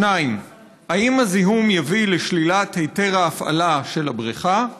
2. האם הזיהום יביא לשלילת היתר ההפעלה של הבריכה?